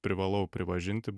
privalau pripažinti